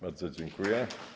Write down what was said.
Bardzo dziękuję.